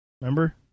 Remember